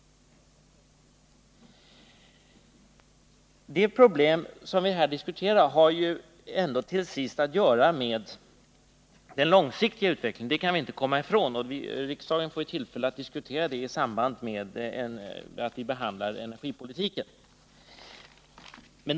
De problem som vi här diskuterar har till sist att göra med den långsiktiga utvecklingen, det kan vi inte komma ifrån. Riksdagen får ju tillfälle att diskutera den saken vid behandlingen av energipolitiken.